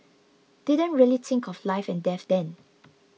didn't really think of life and death then